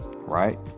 Right